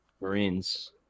Marines